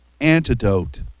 antidote